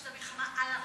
חשבתי על מלחמה על הרדיו.